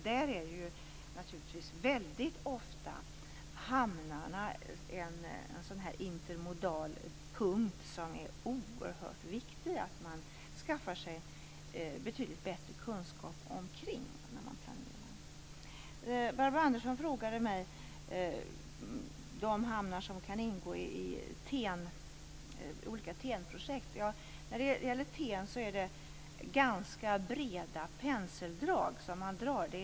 Där är hamnarna naturligtvis väldigt ofta en intermodal punkt som det är oerhört viktigt att man skaffar sig betydligt bättre kunskap om när man planerar. Barbro Andersson frågade mig vilka hamnar som kan ingå i olika TEN-projekt. Man drar ganska breda penseldrag när det gäller TEN.